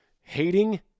Hating